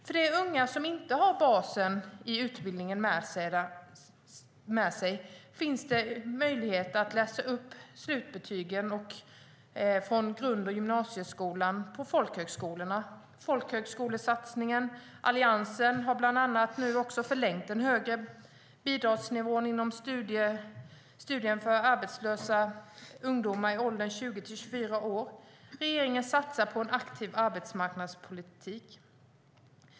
För de unga som inte har basen i utbildningen med sig finns möjlighet att läsa upp slutbetygen från grund och gymnasieskolan på folkhögskolorna - folkhögskolesatsningen. Alliansen har bland annat förlängt den högre bidragsnivån inom studier för arbetslösa ungdomar i åldern 20-24 år. Regeringen satsar på en aktiv arbetsmarknadspolitik.